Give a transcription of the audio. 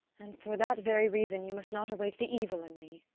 and for that very reason you must not awake the evil in me.